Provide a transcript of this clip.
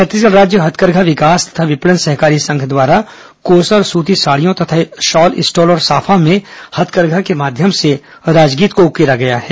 छत्तीसगढ़ राज्य हाथकरघा विकास तथा विपणन सहकारी संघ द्वारा कोसा और सूती साड़ियों तथा शॉल स्टोल और साफा में हाथकरघा के माध्यम से राजगीत को उकेरा गया है